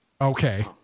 Okay